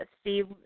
Steve